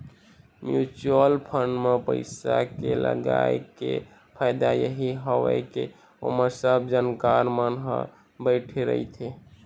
mutual fund म पइसा के लगई के फायदा यही हवय के ओमा सब जानकार मन ह बइठे रहिथे